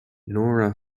nora